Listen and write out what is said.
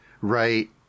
Right